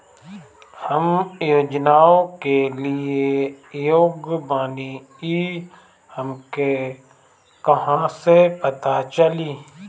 हम योजनाओ के लिए योग्य बानी ई हमके कहाँसे पता चली?